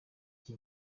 iki